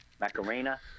Macarena